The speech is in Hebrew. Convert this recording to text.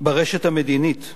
ברשת המדינית?